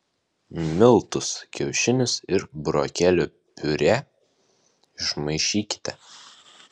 miltus kiaušinius ir burokėlių piurė išmaišykite